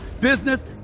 business